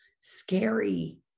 scary